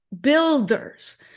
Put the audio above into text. builders